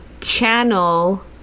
channel